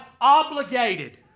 obligated